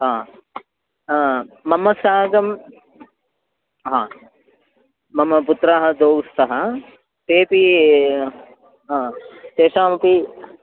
मम शाकं मम पुत्राः द्वौ स्थः तेऽपि तेषामपि